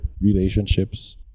relationships